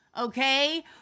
okay